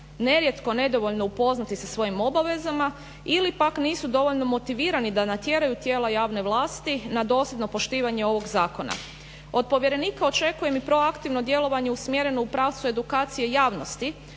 nerijetko nedovoljno upoznati sa svojim obavezama ili pak nisu dovoljno motivirani da natjeraju tijela javne vlasti na dosljedno poštivanje ovog zakona. Od povjerenika očekujem i proaktivno djelovanje usmjereno u pravcu edukacije javnosti